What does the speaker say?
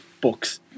books